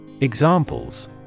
Examples